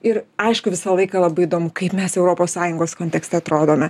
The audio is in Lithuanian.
ir aišku visą laiką labai įdomu kaip mes europos sąjungos kontekste atrodome